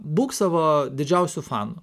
būk savo didžiausiu fanu